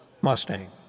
Mustang